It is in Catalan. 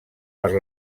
per